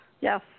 Yes